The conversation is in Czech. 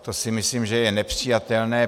To si myslím, že je nepřijatelné.